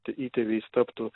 įtėviais taptų